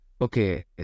Okay